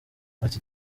ati